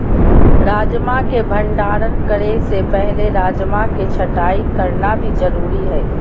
राजमा के भंडारण करे से पहले राजमा के छँटाई करना भी जरुरी हय